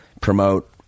promote